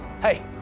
Hey